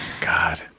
God